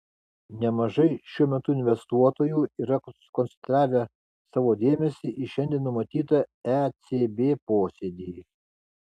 nemažai šiuo metu investuotojų yra sukoncentravę savo dėmesį į šiandien numatytą ecb posėdį